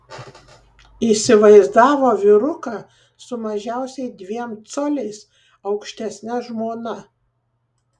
įsivaizdavo vyruką su mažiausiai dviem coliais aukštesne žmona